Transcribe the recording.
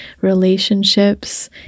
relationships